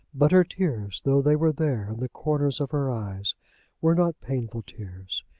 but her tears though they were there in the corners of her eyes were not painful tears.